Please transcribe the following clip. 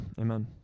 Amen